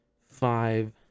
Five